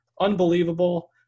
unbelievable